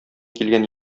килгән